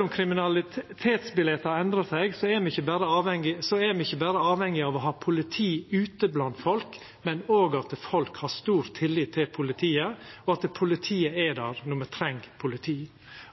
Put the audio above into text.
om kriminalitetsbiletet har endra seg, er me ikkje berre avhengige av å ha politi ute blant folk, men òg av at folk har stor tillit til politiet, og at politiet er der når me treng politi.